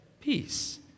peace